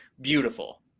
beautiful